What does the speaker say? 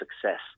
success